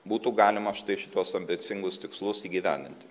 būtų galima štai šituos ambicingus tikslus įgyvendinti